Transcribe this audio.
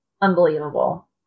Unbelievable